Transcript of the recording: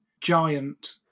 Giant